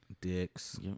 dicks